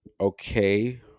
Okay